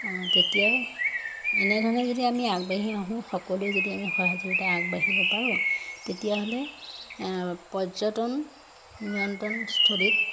তেতিয়া এনেধৰণে যদি আমি আগবাঢ়ি আহোঁ সকলোৱে যদি আমি সহযোগিতা আগবাঢ়িব পাৰোঁ তেতিয়াহ'লে পৰ্যটন নিয়ন্ত্ৰণ স্থলীত